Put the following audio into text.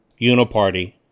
uniparty